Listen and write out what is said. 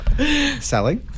Sally